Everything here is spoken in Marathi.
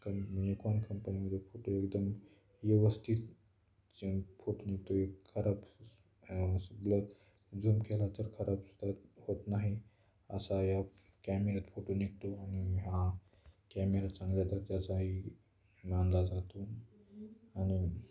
कं निकॉन कंपनीमध्ये फोटो एकदम व्यवस्थित फोटो निघतो एक खराब झूम केला तर खराबसुद्धा होत नाही असा या कॅमेरात फोटो निघतो आणि हा कॅमेरा चांगल्या दर्जाचाही मानला जातो आणि